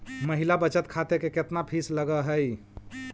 महिला बचत खाते के केतना फीस लगअ हई